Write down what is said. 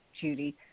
Judy